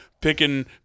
picking